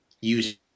use